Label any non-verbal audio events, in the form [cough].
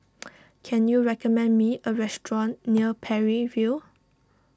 [noise] can you recommend me a restaurant near [noise] Parry View